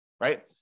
right